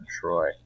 Troy